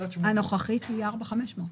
הנוכחית היא 4,500 מיליון.